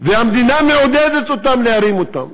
והמדינה מעודדת אותם להרים אותם.